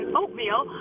oatmeal